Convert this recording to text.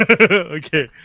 Okay